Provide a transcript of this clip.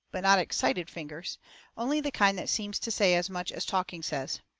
but not excited fingers only the kind that seems to say as much as talking says.